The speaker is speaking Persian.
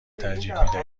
ترجیح